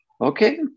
Okay